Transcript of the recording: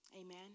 Amen